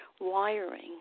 wiring